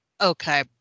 Okay